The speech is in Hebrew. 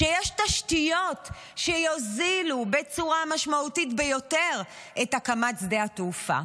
יש תשתיות שיוזילו בצורה משמעותית ביותר את הקמת שדה התעופה,